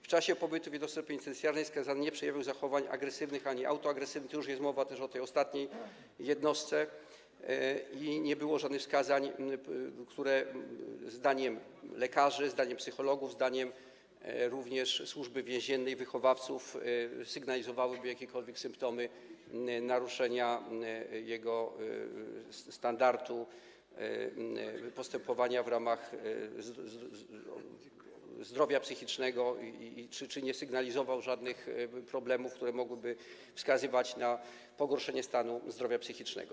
W czasie pobytu w jednostce penitencjarnej skazany nie przejawiał zachowań agresywnych ani autoagresywnych, tu już jest mowa o tej ostatniej jednostce, i nie było żadnych wskazań, które zdaniem lekarzy, psychologów, jak również Służby Więziennej, wychowawców sygnalizowałyby jakiekolwiek symptomy naruszenia w tym przypadku standardów postępowania w ramach zdrowia psychicznego, czy nie sygnalizował żadnych problemów, które mogłyby wskazywać na pogorszenie stanu zdrowia psychicznego.